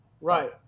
right